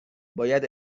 باید